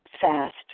fast